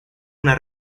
una